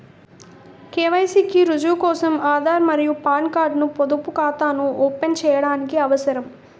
KYC కి రుజువు కోసం ఆధార్ మరియు పాన్ కార్డ్ ను పొదుపు ఖాతాను ఓపెన్ చేయడానికి అవసరం